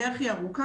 הדרך היא ארוכה,